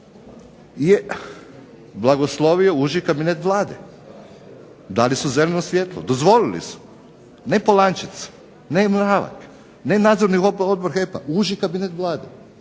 je blagoslovio uži kabinet Vlade, dali su zeleno svjetlo, dozvolili su. Ne POlančec, ne Mravak, ne Nadzorni odbor HEP-a, uži kabinet Vlade.